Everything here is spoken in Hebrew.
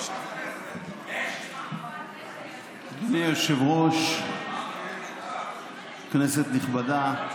אדוני היושב-ראש, כנסת נכבדה,